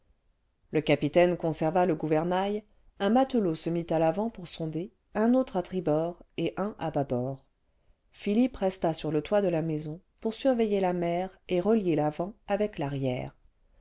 le capitaine conserva le gouvernail un matelot se mit à l'avant pour sonder un autre à tribord et un à bâbord philippe resta sur le toit de la maison pour surveiller la mer et relier l'avant avec l'arrière